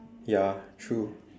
ya true